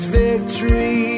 victory